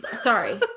sorry